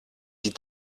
die